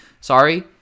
Sorry